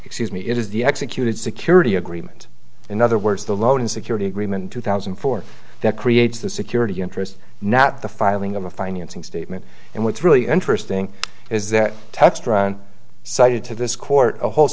excuse me it is the executed security agreement in other words the loan security agreement two thousand and four that creates the security interest not the filing of a financing statement and what's really interesting is that textron cited to this court a whole